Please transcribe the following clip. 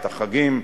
את החגים,